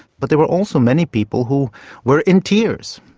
but there were also many people who were in tears,